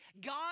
God